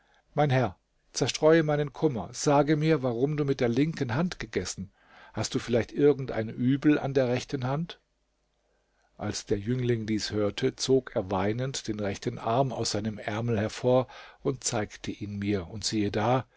mein herr zerstreue meinen kummer sage mir warum du mit der linken hand gegessen hast du vielleicht irgend ein übel an der rechten hand als der jüngling dies hörte zog er weinend den rechten arm aus seinem ärmel hervor und zeigte ihn mir und siehe da